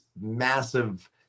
massive